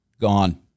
gone